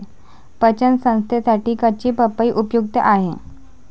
पचन संस्थेसाठी कच्ची पपई उपयुक्त आहे